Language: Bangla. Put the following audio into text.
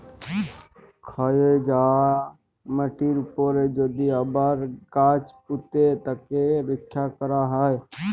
ক্ষয় যায়া মাটির উপরে যদি আবার গাছ পুঁতে তাকে রক্ষা ক্যরা হ্যয়